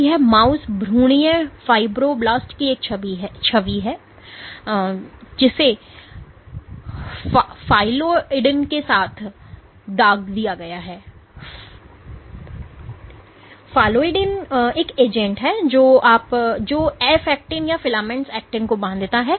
तो यह माउस भ्रूणीय फाइब्रोब्लास्ट की एक छवि है जिसे फाल्लोइडिन के साथ दाग दिया गया है फालोइडिन एक एजेंट है जो एफ एक्टिन या फिलामेंटस एक्टिन को बांधता है